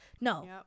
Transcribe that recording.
No